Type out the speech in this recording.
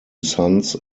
sons